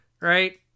Right